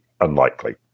unlikely